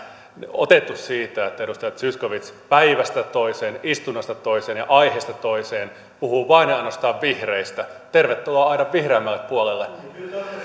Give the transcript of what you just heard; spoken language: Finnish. otettu siitä että edustaja zyskowicz päivästä toiseen istunnosta toiseen ja aiheesta toiseen puhuu vain ja ainoastaan vihreistä tervetuloa aidan vihreämmälle puolelle